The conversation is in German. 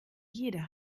jeder